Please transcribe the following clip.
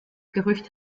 gerücht